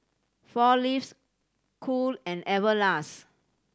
Four Leaves Cool and Everlast